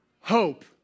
hope